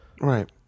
Right